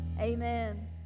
amen